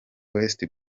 west